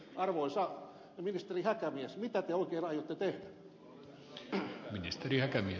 arvoisa ministeri häkämies mitä te oikein aiotte tehdä